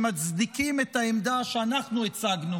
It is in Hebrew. שמצדיקים את העמדה שאנחנו הצגנו